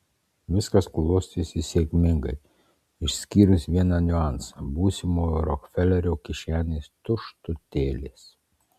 viskas klostėsi sėkmingai išskyrus vieną niuansą būsimojo rokfelerio kišenės tuštutėlės